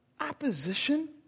opposition